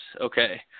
Okay